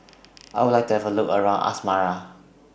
I Would like to Have A Look around Asmara